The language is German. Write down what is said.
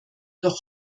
doch